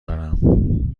دارم